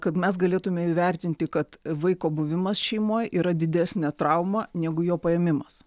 kad mes galėtume įvertinti kad vaiko buvimas šeimoje yra didesnė trauma negu jo paėmimas